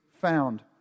found